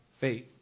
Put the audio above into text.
faith